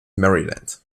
maryland